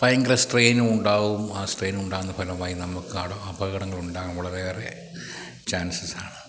ഭയങ്കര സ്ട്രെയിനും ഉണ്ടാകും ആ സ്ട്രെയിൻ ഉണ്ടാകുന്ന ഫലമായി നമുക്കവിടെ അപകടങ്ങൾ ഉണ്ടാകാൻ വളരെയേറെ ചാൻസസ് ആണ്